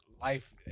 life